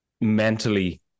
mentally